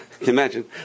imagine